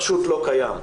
פשוט לא קיים.